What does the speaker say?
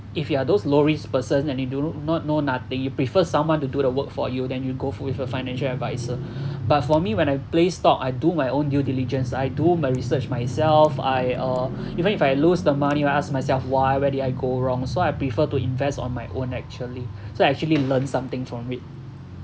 if you are those low risk person and you do not know nothing you prefer someone to do the work for you then you go through with a financial advisor but for me when I play stock I do my own due diligence I do my research myself I uh even if I lose the money I will ask myself why where did I go wrong so I prefer to invest on my own actually so I actually learn something from it